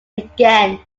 again